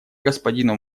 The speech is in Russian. господину